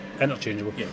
interchangeable